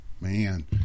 man